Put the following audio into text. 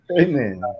Amen